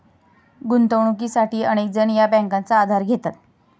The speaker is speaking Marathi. गुंतवणुकीसाठी अनेक जण या बँकांचा आधार घेतात